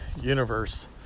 universe